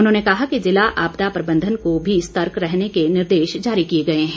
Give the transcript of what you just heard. उन्होंने कहा कि ज़िला आपदा प्रबंधन को भी सर्तक रहने के निर्देश जारी किए गए हैं